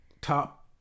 top